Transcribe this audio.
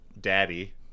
daddy